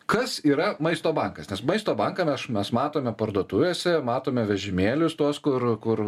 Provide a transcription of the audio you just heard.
kas yra maisto bakas nes maisto banką matome parduotuvėse matome vežimėlius tuos kur kur